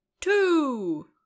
two